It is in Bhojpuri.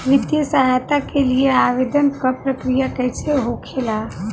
वित्तीय सहायता के लिए आवेदन क प्रक्रिया कैसे होखेला?